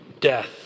death